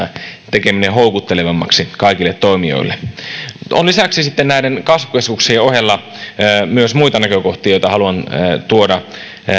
tekeminen houkuttelevammaksi kaikille toimijoille näiden kasvukeskuksien ohella on myös muita näkökohtia joita haluan tuoda